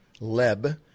leb